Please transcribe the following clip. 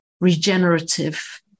regenerative